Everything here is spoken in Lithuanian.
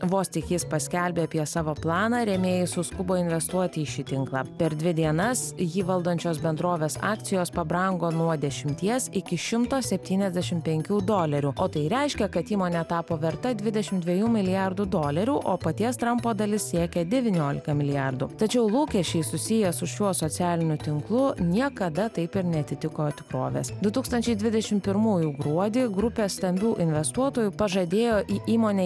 vos tik jis paskelbė apie savo planą rėmėjai suskubo investuoti į šį tinklą per dvi dienas jį valdančios bendrovės akcijos pabrango nuo dešimties iki šimto septyniasdešim penkių dolerių o tai reiškia kad įmonė tapo verta dvidešim dviejų milijardų dolerių o paties trampo dalis siekia devyniolika milijardų tačiau lūkesčiai susiję su šiuo socialiniu tinklu niekada taip ir neatitiko tikrovės du tūkstančiai dvidešim pirmųjų gruodį grupė stambių investuotojų pažadėjo į įmonę